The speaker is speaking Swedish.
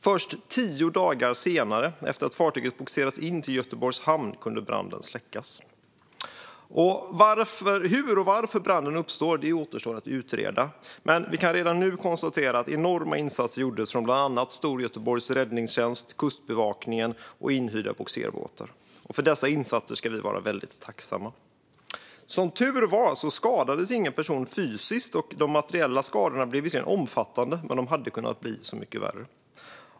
Först tio dagar senare, efter att fartyget bogserats in till Göteborgs hamn, kunde branden släckas. Hur och varför branden uppstod återstår att utreda, men vi kan redan nu konstatera att enorma insatser gjordes från bland annat Räddningstjänsten Storgöteborg, Kustbevakningen och inhyrda bogserbåtar. För dessa insatser ska vi vara väldigt tacksamma. Som tur är skadades ingen person fysiskt. De materiella skadorna blev visserligen omfattande, men de hade kunnat bli mycket värre.